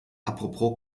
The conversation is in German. apropos